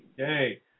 Okay